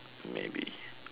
maybe